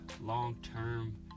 long-term